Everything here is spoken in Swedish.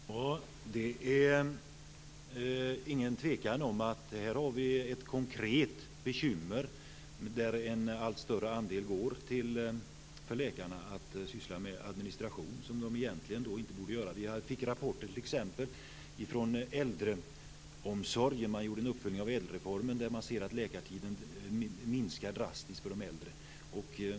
Fru talman! Det råder inget tvivel om att det här finns ett konkret bekymmer. En allt större tid av läkarnas tid går till att syssla med administration, som de egentligen inte borde göra. Vi har fått en rapport från en uppföljning av ädelreformen. Där framgår att läkartiden har minskat drastiskt för de äldre.